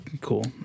cool